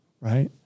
Right